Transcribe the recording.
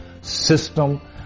system